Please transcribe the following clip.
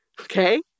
okay